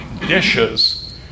dishes